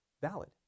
valid